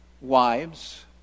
wives